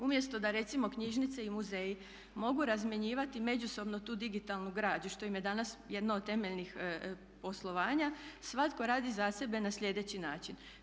Umjesto da recimo knjižnice i muzeji mogu razmjenjivati međusobno tu digitalnu građu što im je danas jedno od temeljnih poslovanja svatko radi za sebe na sljedeći način.